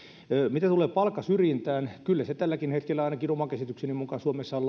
mitä tulee palkkasyrjintään kyllä se tälläkin hetkellä ainakin oman käsitykseni mukaan suomessa on